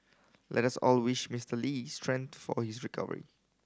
let us all wish Mister Lee strength for his recovery